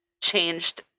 changed